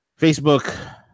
Facebook